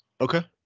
Okay